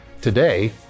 Today